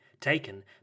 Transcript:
taken